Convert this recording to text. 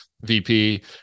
VP